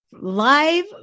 live